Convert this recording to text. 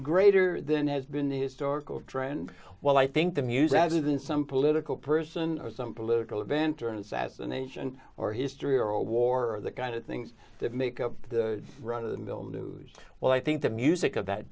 greater than has been the historical trend well i think the music as in some political person or some political event or and fascination or history or a war or the kind of things that make up the run of the mill news well i think the music of that